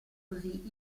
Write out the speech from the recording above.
così